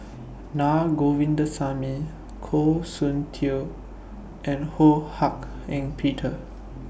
Naa Govindasamy Goh Soon Tioe and Ho Hak Ean Peter